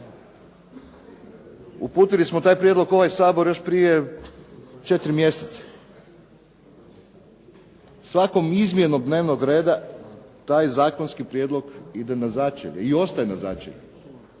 Uputili smo taj prijedlog u ovaj Sabor još prije 4 mjeseca. Svakom izmjenom dnevnog reda taj zakonski prijedlog ide na začelje i ostaje na začelju.